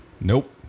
Nope